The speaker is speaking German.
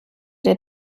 der